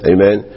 Amen